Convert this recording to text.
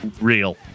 real